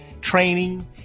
training